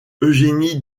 eugénie